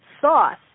sauce